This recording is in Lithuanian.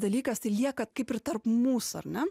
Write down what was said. dalykas tai lieka kaip ir tarp mūsų ar ne